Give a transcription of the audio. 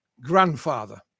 grandfather